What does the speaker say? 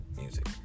music